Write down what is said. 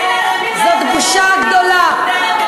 זאת בושה גדולה.